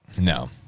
No